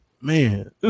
man